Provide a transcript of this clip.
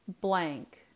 Blank